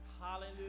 Hallelujah